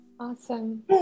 Awesome